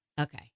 Okay